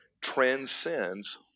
transcends